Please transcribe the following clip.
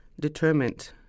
determined